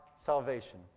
Salvation